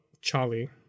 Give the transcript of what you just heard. Charlie